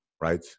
Right